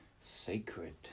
sacred